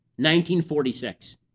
1946